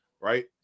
right